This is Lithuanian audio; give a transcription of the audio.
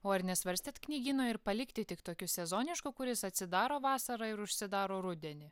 o ar nesvarstėt knygyno ir palikti tik tokiu sezonišku kuris atsidaro vasarą ir užsidaro rudenį